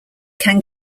can